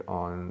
on